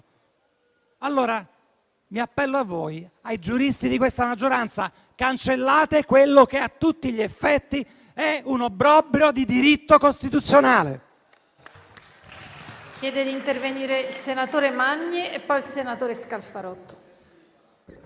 Allora mi appello a voi, ai giuristi di questa maggioranza: cancellate quello che a tutti gli effetti è un obbrobrio del diritto costituzionale!